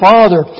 Father